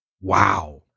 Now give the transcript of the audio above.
wow